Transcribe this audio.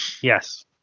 Yes